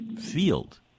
field